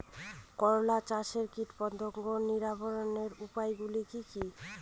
করলা চাষে কীটপতঙ্গ নিবারণের উপায়গুলি কি কী?